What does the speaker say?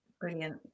brilliant